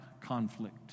conflict